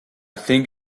think